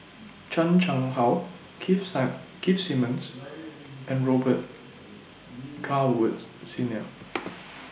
Chan Chang How Keith SIM Keith Simmons and Robet Carr Woods Senior